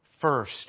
first